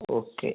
okay